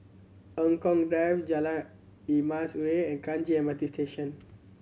Eng Kong Drive Jalan Emas Urai and Kranji M R T Station